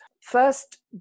first